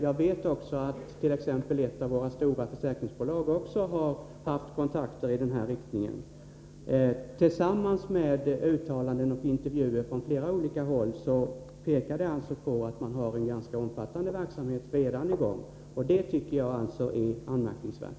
Jag vet också att t.ex. ett av våra stora försäkringsbolag har haft kontakter i denna riktning. Detta, tillsammans med uttalanden från flera olika håll och många intervjuer, pekar på att det redan är en ganska omfattande verksamhet i gång. Det tycker jag är anmärkningsvärt.